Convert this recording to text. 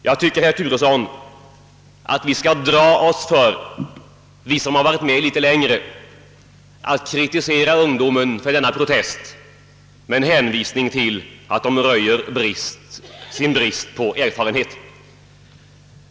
Jag tycker, herr Turesson, att vi som varit med litet längre skall dra oss för att kritisera ungdomen för denna protest med en hänvisning till att den därmed röjer sin brist på erfarenhet.